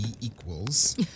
equals